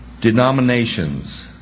denominations